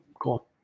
cool